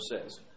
says